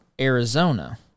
Arizona